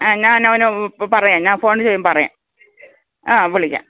ആ ഞാൻ അവനെ പറയാം ഞാൻ ഫോണ് ചെയ്യുമ്പം പറയാം ആ വിളിക്കാം